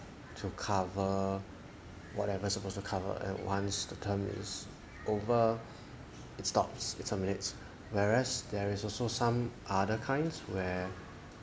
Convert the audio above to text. to cover whatever supposed to cover and once the term is over it stops it terminates whereas there is also some other kinds where